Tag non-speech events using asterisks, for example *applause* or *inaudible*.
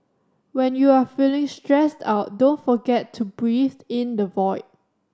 when you are feeling stressed out don't forget to breathe *unintelligible* in the void